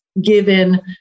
given